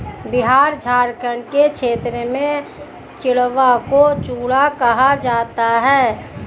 बिहार झारखंड के क्षेत्र में चिड़वा को चूड़ा कहा जाता है